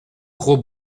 gros